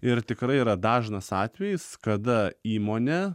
ir tikrai yra dažnas atvejis kada įmonė